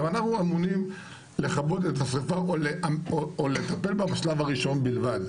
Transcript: אנחנו אמונים לכבות את השריפה או לטפל בה בשלב הראשון בלבד,